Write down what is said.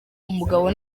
umugabo